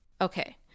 Okay